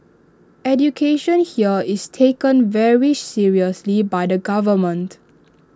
education here is taken very seriously by the government